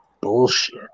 bullshit